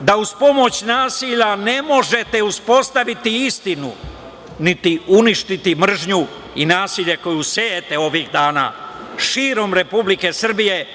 da uz pomoć nasilja ne možete uspostaviti istinu, niti uništiti mržnju i nasilje koje sejete ovih dana širom Republike Srbije